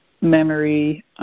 memory